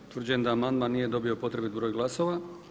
Utvrđujem da amandman nije dobio potrebit broj glasova.